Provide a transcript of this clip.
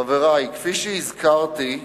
חברי, כפי שהזכרתי,